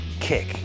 kick